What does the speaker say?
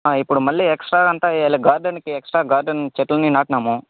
ఆ ఇప్పుడు మళ్ళీ ఎక్స్ట్రా అంతా వెయ్యాలి గార్డెన్కి ఎక్స్ట్రా గార్డెన్ చెట్లన్నీ నాటినాము